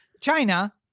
China